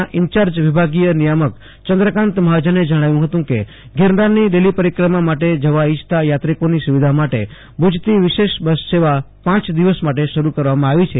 ના ઈન્યાર્જ વિભાગીય નિયામક ચંન્દ્રકાન્ત મહાજને જણાવ્યુ હતું કે ગિરિનારની લીલી પરિક્રમા માટે જવા ઈચ્છતા યાત્રિકોની સુવિધા માટે ભુજ થી વિશેષ બસ સેવા પાંચ દિવસ માટે શરૂ કરવા આવી છે